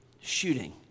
shooting